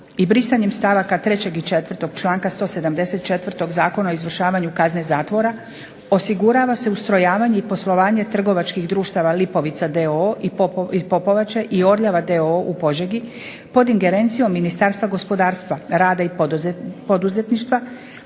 i brisanjem stavaka 3. i 4. članka 174. Zakona o izvršavanju kazne zatvora osigurava se ustrojavanje i poslovanje trgovačkih društava Lipovica d.o.o. iz Popovače i Orljava d.o.o. u Požegi pod ingerencijom Ministarstva gospodarstva, rada i poduzetništva